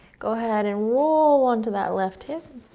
go ahead and roll onto that left hip.